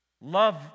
love